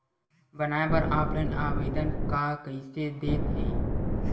बनाये बर ऑफलाइन आवेदन का कइसे दे थे?